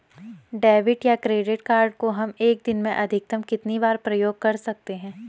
Debit या credit card को हम एक दिन में अधिकतम कितनी बार प्रयोग कर सकते हैं?